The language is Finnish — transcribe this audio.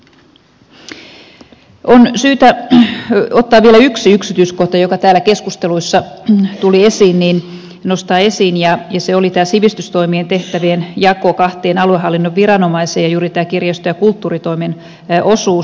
on syytä ottaa nostaa esiin vielä yksi yksityiskohta joka täällä keskustelussa tuli esiin ja se oli tämä sivistystoimien tehtävien jako kahteen aluehallinnon viranomaiseen ja juuri tämä kirjasto ja kulttuuritoimen osuus